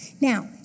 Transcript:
Now